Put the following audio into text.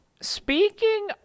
Speaking